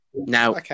Now